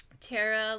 Tara